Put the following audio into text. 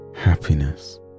happiness